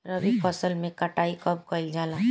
रबी फसल मे कटाई कब कइल जाला?